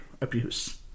abuse